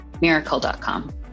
miracle.com